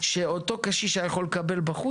שכדי לתחזק את הדירות,